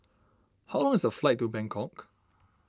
how long is the flight to Bangkok